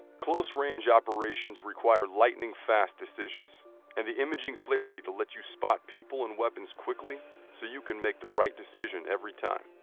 close range operations require lightning fast decisions and the imaging clarity to let you spot people and weapons quickly so you can make the right decision every time.